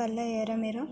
पैह्ले ईयर ऐ मेरा होर